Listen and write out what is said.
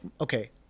okay